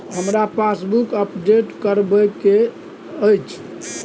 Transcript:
हमरा passbook update करैबे के अएछ?